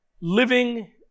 living